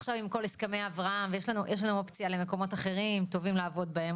עכשיו עם כל הסכמי אברהם יש לנו אופציה למקומות אחרים טובים לעבוד בהם,